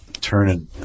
turning